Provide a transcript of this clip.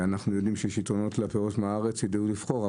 אנחנו יודעים שיש יתרונות לפירות מהארץ וידעו לבחור.